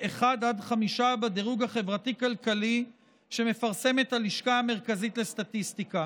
1 עד 5 בדירוג החברתי-כלכלי שמפרסמת הלשכה המרכזית לסטטיסטיקה.